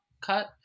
cut